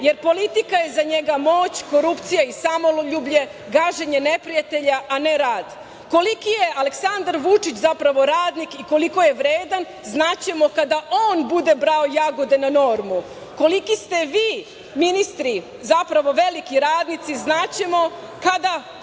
jer politika je za njega moć, korupcija, i samoljublje, gaženje neprijatelja, a ne rad. Koliki je Aleksandar Vučić zapravo radnik i koliko je vredan znaćemo kada on bude brao jagode na normu. Koliki ste vi ministri zapravo veliki radnici znaćemo kada